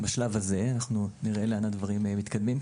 אנחנו נראה לאן הדברים מתקדמים.